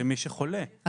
למי שחולה אז.